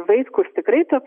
vaitkus tikrai taps